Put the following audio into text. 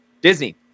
Disney